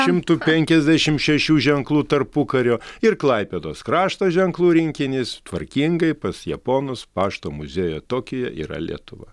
šimtų penkiasdešim šešių ženklų tarpukario ir klaipėdos krašto ženklų rinkinys tvarkingai pas japonus pašto muziejuje tokijuje yra lietuva